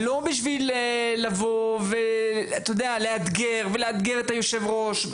ולא על מנת לאתגר את קיום הדיון ואת יושב הראש,